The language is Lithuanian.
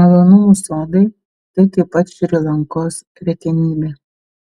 malonumų sodai tai taip pat šri lankos retenybė